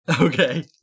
Okay